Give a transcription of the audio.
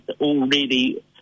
already